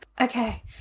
okay